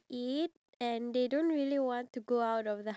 yes I find it easy